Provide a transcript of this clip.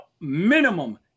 minimum